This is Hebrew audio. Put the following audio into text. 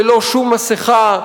ללא שום מסכה,